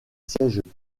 sièges